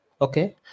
okay